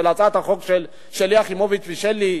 הצעת החוק של שלי יחימוביץ ושלי,